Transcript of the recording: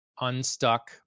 unstuck